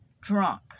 drunk